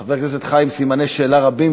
חבר כנסת חי עם סימני שאלה רבים,